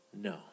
No